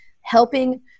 helping –